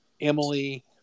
emily